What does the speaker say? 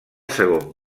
segon